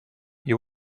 you